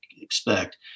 expect